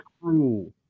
cruel